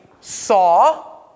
saw